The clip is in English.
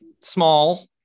small